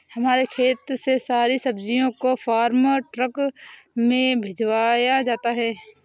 हमारे खेत से सारी सब्जियों को फार्म ट्रक में भिजवाया जाता है